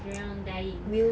dorang dying